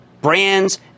brands